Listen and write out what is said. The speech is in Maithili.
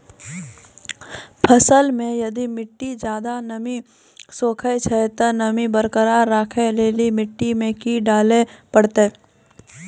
फसल मे यदि मिट्टी ज्यादा नमी सोखे छै ते नमी बरकरार रखे लेली मिट्टी मे की डाले परतै?